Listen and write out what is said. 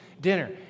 dinner